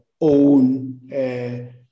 own